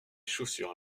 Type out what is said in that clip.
chaussures